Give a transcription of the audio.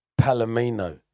Palomino